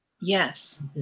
Yes